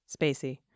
Spacey